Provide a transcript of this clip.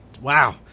Wow